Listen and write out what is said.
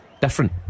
different